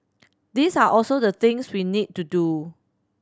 these are also the things we need to do